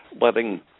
letting